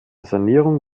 sanierung